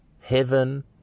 Heaven